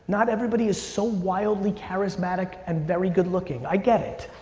not everybody is so wildly charismatic and very good looking, i get it.